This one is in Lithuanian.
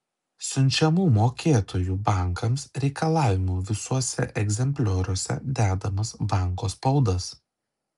siunčiamų mokėtojų bankams reikalavimų visuose egzemplioriuose dedamas banko spaudas